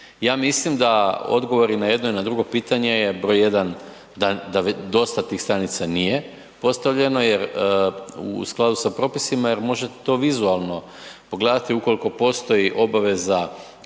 Ja mislim da odgovori i na jedno i na drugo pitanje je broj jedan da dosta tih stanica nije postavljeno jer u skladu sa propisima jer možete to vizualno pogledati ukoliko postoji obaveza